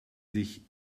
sich